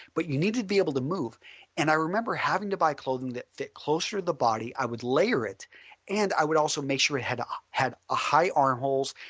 but you need to be able to move and i remember having to buy clothing that that cloistered the body, i would layer it and i would also make sure it had um had ah high arm holes,